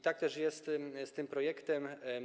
Tak też jest z tym projektem.